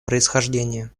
происхождения